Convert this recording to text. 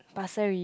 Pasir-Ris